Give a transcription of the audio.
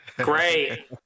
Great